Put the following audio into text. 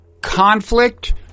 conflict